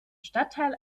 stadtteil